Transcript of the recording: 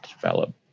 develop